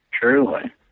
Truly